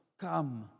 come